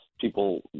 people